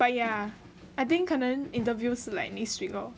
but yeah I think 可能 interview 是 like next week lor